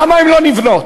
למה הן לא נבנות?